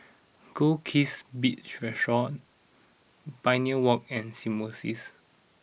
Goldkist Beach Resort Pioneer Walk and Symbiosis